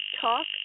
talk